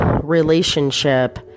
relationship